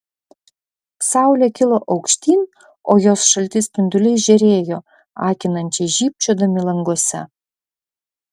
saulė kilo aukštyn o jos šalti spinduliai žėrėjo akinančiai žybčiodami languose